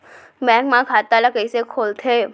Bank म खाता ल कइसे खोलथे?